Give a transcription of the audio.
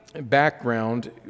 background